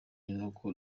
nuko